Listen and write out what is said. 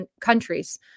countries